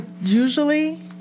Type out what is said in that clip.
usually